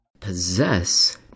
Possess